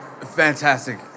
fantastic